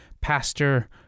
pastor